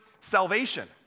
salvation